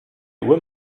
uhr